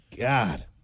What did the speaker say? God